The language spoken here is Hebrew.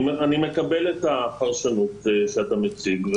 מקבל את הפרשנות שאתה מציג.